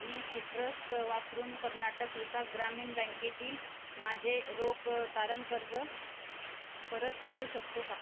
मी citrus वापरून कर्नाटक विकास ग्रामीण बँकेतील माझे रोखे तारण कर्ज परत करू शकतो का